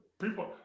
people